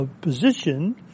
position